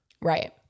right